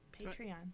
Patreon